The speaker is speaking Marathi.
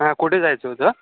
हां कुठे जायचं होतं